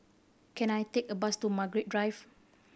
can I take a bus to Margaret Drive